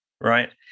Right